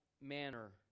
manner